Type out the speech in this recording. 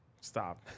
Stop